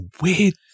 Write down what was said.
weird